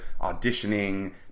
auditioning